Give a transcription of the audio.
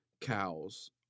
Cows